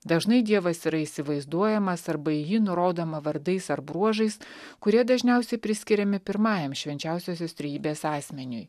dažnai dievas yra įsivaizduojamas arba į jį nurodoma vardais ar bruožais kurie dažniausiai priskiriami pirmajam švenčiausiosios trejybės asmeniui